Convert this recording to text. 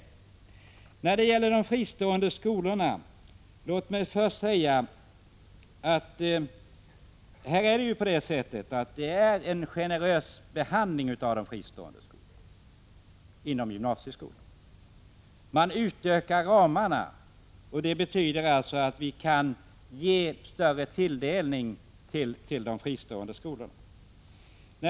Låt mig när det gäller de fristående skolorna på gymnasieskolans område först säga att dessa får en generös behandling. Man utökar ramarna för de fristående skolorna, vilket betyder att man kan ge en större tilldelning till dessa.